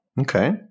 Okay